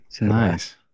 Nice